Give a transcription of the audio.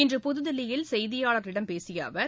இன்று புதுதில்லியில் செய்தியாளர்களிடம் பேசிய அவர்